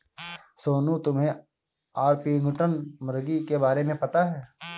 सोनू, तुम्हे ऑर्पिंगटन मुर्गी के बारे में पता है?